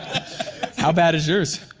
how bad is yours?